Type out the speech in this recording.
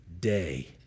day